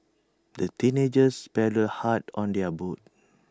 the teenagers paddled hard on their boat